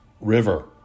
River